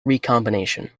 recombination